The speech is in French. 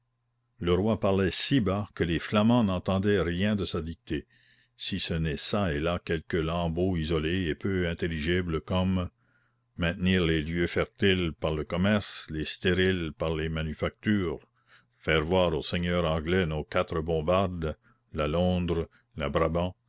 le roi parlait si bas que les flamands n'entendaient rien de sa dictée si ce n'est çà et là quelques lambeaux isolés et peu intelligibles comme maintenir les lieux fertiles par le commerce les stériles par les manufactures faire voir aux seigneurs anglais nos quatre bombardes la londres